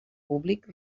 públic